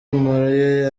murray